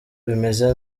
bimeze